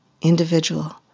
individual